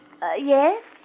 yes